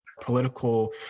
political